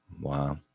Wow